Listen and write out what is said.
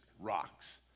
rocks